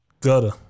Gutter